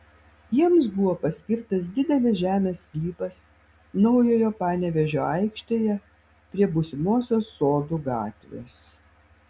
jiems buvo paskirtas didelis žemės sklypas naujojo panevėžio aikštėje prie būsimosios sodų gatvės